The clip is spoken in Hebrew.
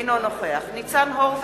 אינו נוכח ניצן הורוביץ,